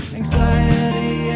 anxiety